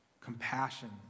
compassion